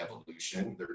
evolution